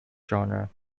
genre